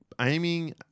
aiming